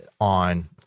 on –